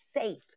safe